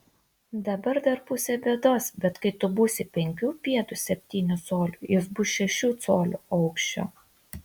dabar dar pusė bėdos bet kai tu būsi penkių pėdų septynių colių jis bus šešių colių aukščio